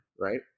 right